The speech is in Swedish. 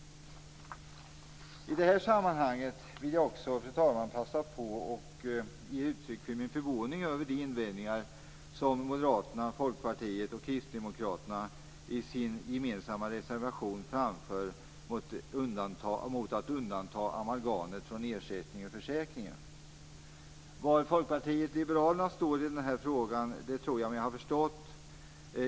I det här sammanhanget vill jag också passa på att ge uttryck för min förvåning över de invändningar som Moderaterna, Folkpartiet och Kristdemokraterna i sin gemensamma reservation framför mot att undanta amalgamet från ersättning ur försäkringen. Var Folkpartiet liberalerna står i den här frågan tror jag mig ha förstått.